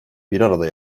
birarada